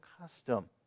custom